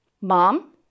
Mom